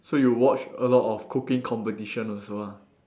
so you watch a lot of cooking competition also lah